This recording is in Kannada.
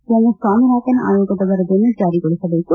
ಎಂಎಸ್ ಸ್ವಾಮಿನಾಥನ್ ಆಯೋಗದ ವರದಿಯನ್ನು ಜಾರಿಗೊಳಿಸಬೇಕು